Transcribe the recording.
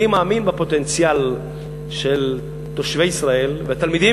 אני מאמין בפוטנציאל של תושבי ישראל ושל התלמידים